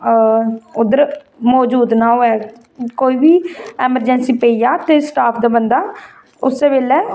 उद्धर मजूद ना होऐ कोई बी ऐमरजैंसी पेई जाए ते स्टाफ दा बंदा उस्सै बेल्लै